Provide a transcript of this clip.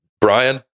brian